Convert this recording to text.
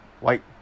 White